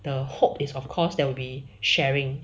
the hope is of course there will be sharing